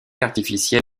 artificiel